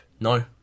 No